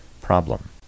problem